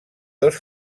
dos